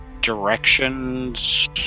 Directions